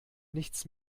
nichts